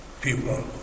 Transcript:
People